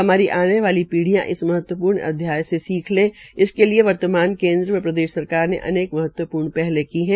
हमारी आने वाली पीढ़ियां इस महत्वपूर्ण अध्याय से सीख लें इसके लिए वर्तमान केंद्र व प्रदेश सरकार ने अनेक महत्वपूर्ण पहल की है